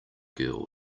girl